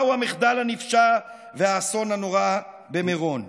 באו המחדל הנפשע והאסון הנורא במירון,